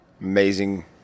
Amazing